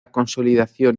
consolidación